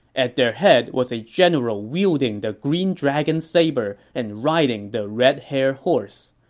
at their head was a general wielding the green dragon saber and riding the red hare horse.